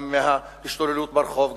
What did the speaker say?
גם מההשתוללות ברחוב,